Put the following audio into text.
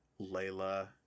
Layla